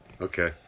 Okay